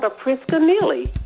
ah priska neely,